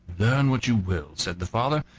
learn what you will, said the father,